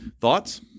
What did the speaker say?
Thoughts